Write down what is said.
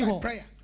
prayer